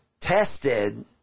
tested